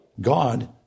God